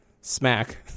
smack